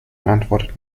antwortet